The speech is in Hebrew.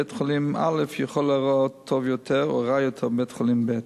בית-חולים א' יכול להיראות טוב יותר או רע יותר מבית-חולים ב'.